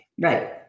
Right